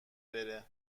بره